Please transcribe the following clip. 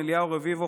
אליהו רביבו,